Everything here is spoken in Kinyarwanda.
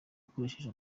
akoresheje